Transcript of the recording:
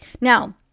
Now